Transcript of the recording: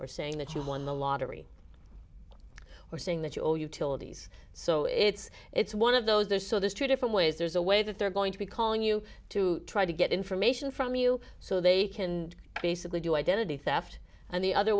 or saying that you won the lottery we're saying that you all utilities so it's it's one of those there's so there's two different ways there's a way that they're going to be calling you to try to get information from you so they can basically do identity theft and the other